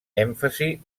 èmfasi